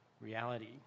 reality